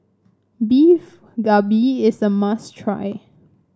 Beef Galbi is a must try